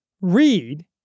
Read